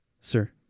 sir